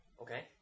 Okay